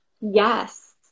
Yes